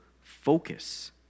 focus